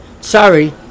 sorry